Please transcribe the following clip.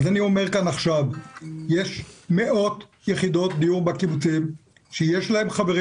אני אומר כאן עכשיו שיש מאות יחידות דיור בקיבוצים ויש חברים